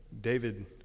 David